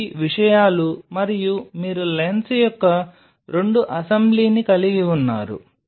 ఇవి విషయాలు మరియు మీరు లెన్స్ యొక్క రెండు అసెంబ్లీని కలిగి ఉన్నారు